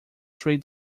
three